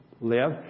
live